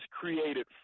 created